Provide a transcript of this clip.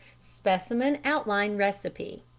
specimen outline recipe.